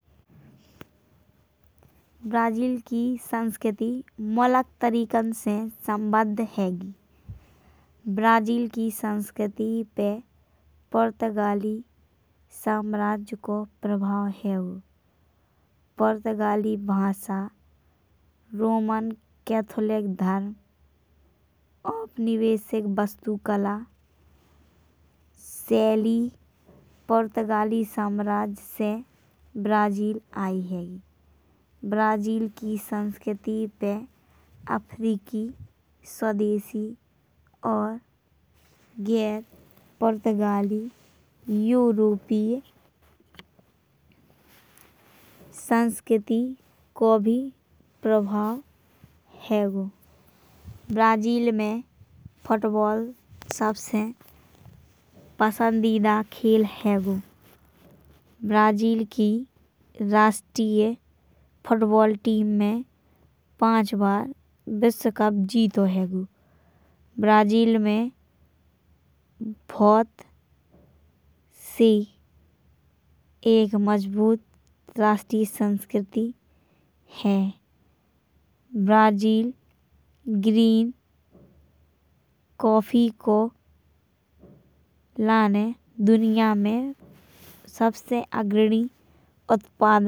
ब्राज़ील की संस्कृति मुलक तरीकन से सम्बद्ध हैंगी। ब्राज़ील की संस्कृति पे पुर्तगाली साम्राज्य को प्रभाव हैंगो। पुर्तगाली भाषा रोमन कैथोलिक धर्म औपनिवेशिक वस्तु कला। शैली पुर्तगाली साम्राज्य से ब्राज़ील आई हैंगी। ब्राज़ील की संस्कृति पे अफ़्रीकी स्वदेशी। और गैर पुर्तगाली यूरोपीय संस्कृति को भी प्रभाव हैंगो। ब्राज़ील में फ़ुटबॉल सबसे पसंदीदा खेल हैंगो। ब्राज़ील की राष्ट्रीय फ़ुटबॉल टीम ने पाँच बार विश्वकप जीतो हैंगो। ब्राज़ील में बहुत से एक मजबूत राष्ट्रीय संस्कृति है। ब्राज़ील ग्रीन कॉफी को लाने दुनिया में सबसे अग्राड़ी उत्पादक हैंगो।